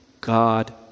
God